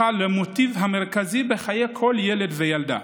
הפכה למוטיב המרכזי בחיי כל ילד וילדה.